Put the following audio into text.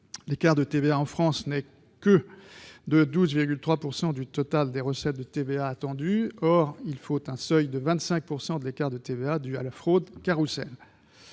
L'écart de TVA en France n'est « que » de 12,3 % du total des recettes de TVA attendues. Or il faut un seuil de 25 % de l'écart de TVA dû à la fraude carrousel.